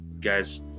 guys